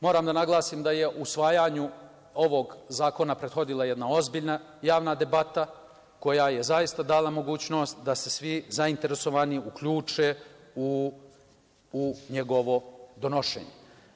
Moram da naglasim da je u usvajanju ovog zakona prethodila jedna ozbiljna javna debata koja je zaista dala mogućnost da se svi zainteresovani uključe u njegovo donošenje.